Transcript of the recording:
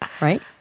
right